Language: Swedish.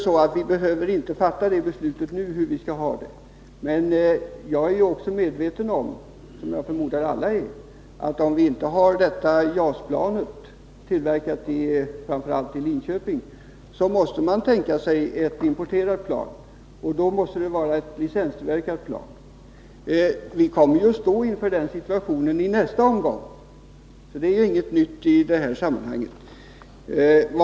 Men vi behöver inte nu fatta beslut om hur vi skall ha det på den punkten. Men jag är också medveten om — vilket jag förmodar att alla är — att man måste tänka sig ett importerat plan, om vi inte får det i Linköping tillverkade JAS-planet. Det måste i så fall vara ett licenstillverkat plan. Vi kommer att stå inför den situationen i nästa omgång — men det är inget nytt i sammanhanget.